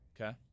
Okay